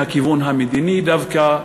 מהכיוון המדיני דווקא,